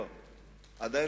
כמה?